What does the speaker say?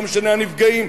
לא משנה הנפגעים.